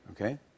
Okay